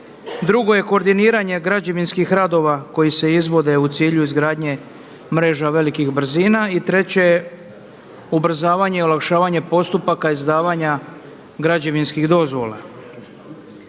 Drugo je koordiniranje građevinskih radova koji se izvode u cilju izgradnje mreža velikih brzina i treće, ubrzavanje i olakšavanje postupaka izdavanja građevinskih dozvola.